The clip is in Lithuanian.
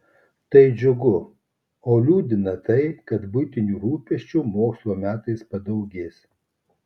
tai džiugu o liūdina tai kad buitinių rūpesčių mokslo metais padaugės